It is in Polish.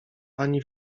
pani